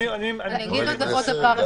אני רוצה להבין את הרציונל.